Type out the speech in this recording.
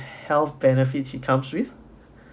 health benefits it comes with